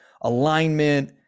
alignment